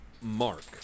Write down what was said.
Mark